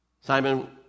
Simon